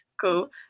cool